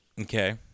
okay